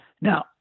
Now